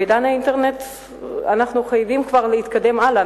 בעידן האינטרנט אנחנו חייבים להתקדם הלאה.